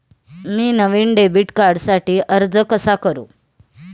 मी नवीन डेबिट कार्डसाठी अर्ज कसा करू?